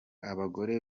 abagore